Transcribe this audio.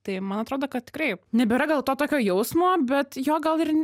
tai man atrodo kad tikrai nebėra gal to tokio jausmo bet jo gal ir